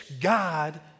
God